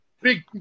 big